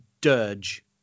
dirge